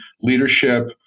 leadership